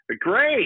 Great